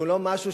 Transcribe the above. שהוא לא משהו,